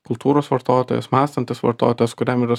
kultūros vartotojas mąstantis vartotojas kuriam yra